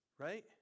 right